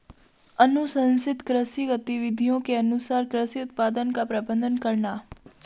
अनुशंसित कृषि गतिविधियों के अनुसार कृषि उत्पादन का प्रबंधन करना